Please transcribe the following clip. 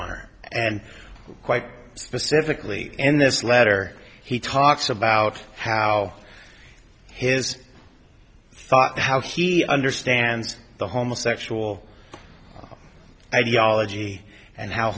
honor and quite specifically in this letter he talks about how his i thought how he understands the homosexual ideology and how